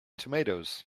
tomatoes